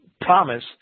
promise